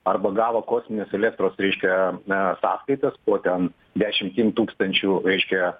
arba gavo kosminius elektros reiškia e sąskaitas po ten dešimtim tūkstančių reiškia